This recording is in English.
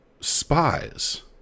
spies